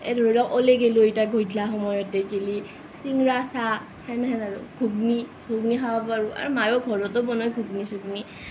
এই ধৰি লওক ওলাই গ'লোঁ গধূল্লা সময়ত গেলে চিংৰা চাহ সেনেহেন আৰু ঘোগনি ঘোহনি খাৱ পাৰোঁ আৰু মায়ো ঘৰতো বনাই ঘোগনি চোগনি